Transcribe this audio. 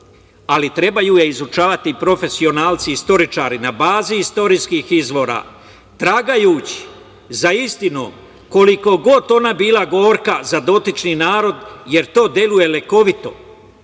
ali trebaju je izučavati profesionalci istoričari na bazi istorijskih izvora, tragajući za istinom koliko god ona bila gorka za dotični narod jer to deluje lekovito.